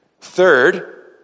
Third